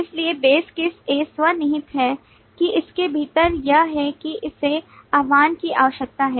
इसलिए base case A स्व निहित है कि इसके भीतर यह है कि इसे आह्वान की आवश्यकता है